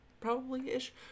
probably-ish